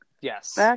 yes